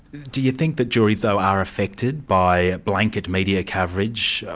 do you think that juries though are affected by blanket media coverage,